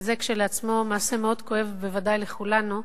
וזה כשלעצמו עניין מאוד כואב, בוודאי לכולנו,